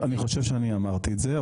אני חושב שאני אמרתי את זה,